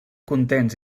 contents